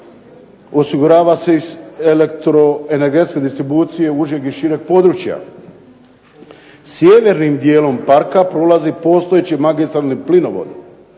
osigurava se iz elektroenergetske distribucije užeg i šireg područja. Sjevernim dijelom parka prolazi postojeći magistralni plinovod.